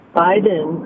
biden